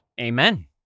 Amen